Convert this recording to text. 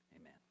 amen